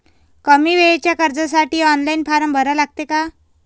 कमी वेळेच्या कर्जासाठी ऑनलाईन फारम भरा लागते का?